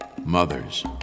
mothers